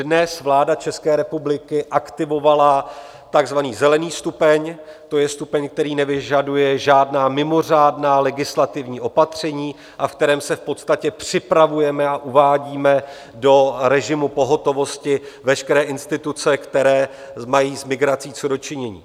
Dnes vláda České republiky aktivovala takzvaný zelený stupeň, to je stupeň, který nevyžaduje žádná mimořádná legislativní opatření a ve kterém v podstatě připravujeme a uvádíme do režimu pohotovosti veškeré instituce, které mají s migrací co do činění.